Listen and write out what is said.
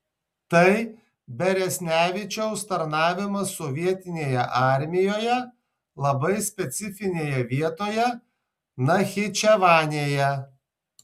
tai beresnevičiaus tarnavimas sovietinėje armijoje labai specifinėje vietoje nachičevanėje